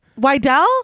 Wydell